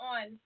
on